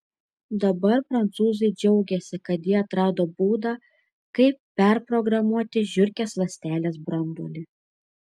dabar prancūzai džiaugiasi kad jie atrado būdą kaip perprogramuoti žiurkės ląstelės branduolį